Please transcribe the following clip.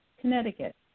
Connecticut